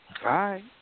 Hi